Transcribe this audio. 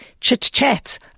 chit-chat